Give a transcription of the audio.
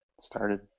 started